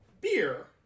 beer